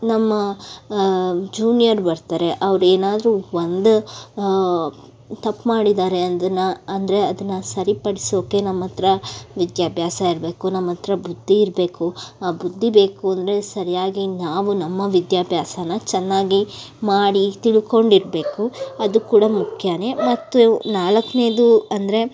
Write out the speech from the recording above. ನಮ್ಮ ಜೂನಿಯರ್ ಬರ್ತಾರೆ ಅವ್ರು ಏನಾದ್ರೂ ಒಂದು ತಪ್ಪು ಮಾಡಿದ್ದಾರೆ ಅದನ್ನು ಅಂದರೆ ಅದನ್ನು ಸರಿಪಡಿಸೋಕೆ ನಮ್ಮ ಹತ್ತಿರ ವಿದ್ಯಾಭ್ಯಾಸ ಇರಬೇಕು ನಮ್ಮ ಹತ್ರ ಬುದ್ಧಿ ಇರಬೇಕು ಬುದ್ಧಿ ಬೇಕು ಅಂದರೆ ಸರಿಯಾಗಿ ನಾವು ನಮ್ಮ ವಿದ್ಯಾಭ್ಯಾಸನ ಚೆನ್ನಾಗಿ ಮಾಡಿ ತಿಳ್ಕೊಂಡಿರಬೇಕು ಅದೂ ಕೂಡ ಮುಖ್ಯವೇ ಮತ್ತು ನಾಲ್ಕನೇದು ಅಂದರೆ